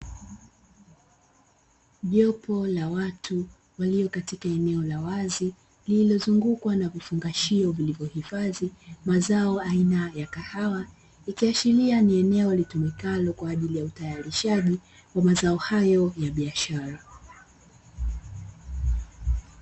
Jopo la watu waliokatika eneo la wazi lililozungukwa na vifungashio vilivyohifadhi mazao aina ya kahawa, ikiashiria ni eneo litumikalo kwaajili ya utalishaji wa mazao hayo ya biashara.